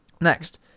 Next